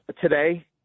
today